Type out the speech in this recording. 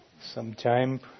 sometime